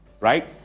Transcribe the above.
right